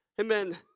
amen